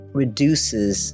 reduces